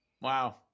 Wow